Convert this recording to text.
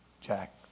Jack